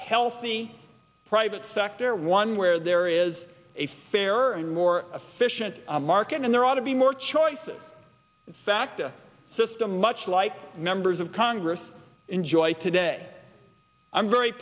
healthy private sector one where there is a fairer and more efficient market and there ought to be more choices facta system much like members of congress enjoy today i'm very